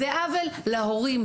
זה עוול להורים.